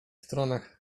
stronach